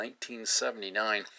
1979